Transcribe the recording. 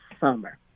summer